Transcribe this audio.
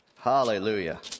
Hallelujah